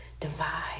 Divide